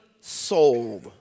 soul